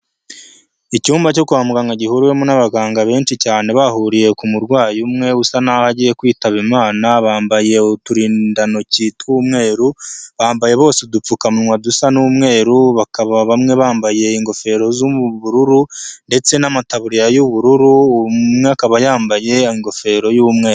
Icyumba cyo kwa muganga, gihuriwemo n'abaganga benshi cyane, bahuriye ku murwayi umwe usa naho agiye kwitaba Imana, bambaye uturindantoki tw'umweru, bambaye bose udupfukamunwa dusa n'umweru, bakaba bamwe bambaye ingofero z'ubururu, ndetse n'amataburiya y'ubururu, umwe akaba yambaye ingofero y'umweru.